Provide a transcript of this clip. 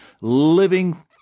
living